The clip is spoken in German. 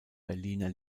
berliner